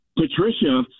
Patricia